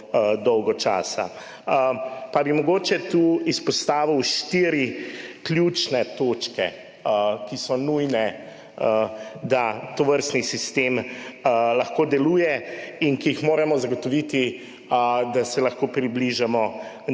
Pa bi mogoče tu izpostavil štiri ključne točke, ki so nujne, da tovrstni sistem lahko deluje, in ki jih moramo zagotoviti, da se lahko približamo